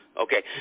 Okay